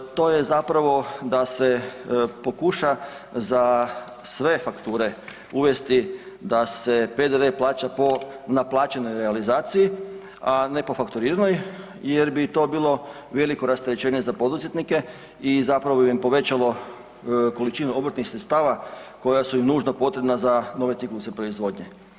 To je zapravo da se pokuša za sve fakture uvesti da se PDV-e plaća po naplaćenoj realizaciji, a ne po fakturiranoj jer bi to bilo veliko rasterećenje za poduzetnike i zapravo bi im povećalo količinu obrtnih sredstava koja su im nužno potrebna za nove cikluse proizvodnje.